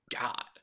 God